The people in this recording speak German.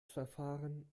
verfahren